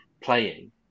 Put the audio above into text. playing